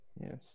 Yes